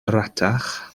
rhatach